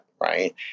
right